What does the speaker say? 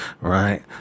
right